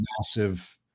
Massive